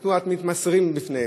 מדוע אתם מתמסרים להם,